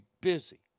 busy